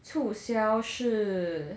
促销是